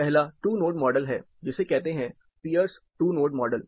पहला two node model है जिसे कहते हैं पियर्स टू नोड मॉडल